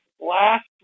last